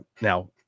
Now